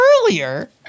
earlier